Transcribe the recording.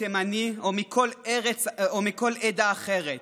תימני או מכל עדה אחרת.